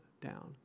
down